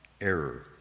error